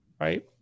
right